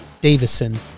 Davison